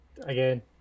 again